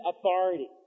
authority